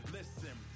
Listen